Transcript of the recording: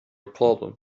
problem